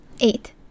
Eight